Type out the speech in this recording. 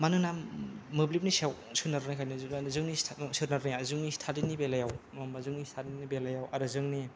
मानोना मोब्लिबनि सायाव सोनारनायखायनो जोंनि सोनारनाया जोंनि स्टादिनि बेलायाव नङा होम्बा जोंनि स्टादिनि बेलायाव आरो जोंनि